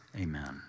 Amen